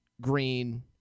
Green